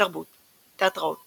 תרבות תיאטראות